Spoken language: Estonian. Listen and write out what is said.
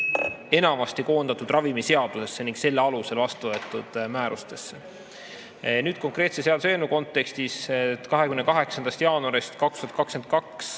enamasti koondatud ravimiseadusesse ning selle alusel vastu võetud määrustesse. Selle seaduseelnõu kontekstis on 28. jaanuarist 2022